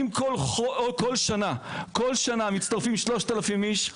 אם כל שנה מצטרפים 3,000 איש,